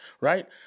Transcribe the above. right